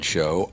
Show